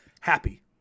happy